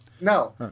no